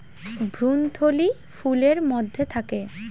ভ্রূণথলি ফুলের মধ্যে থাকে